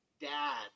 dad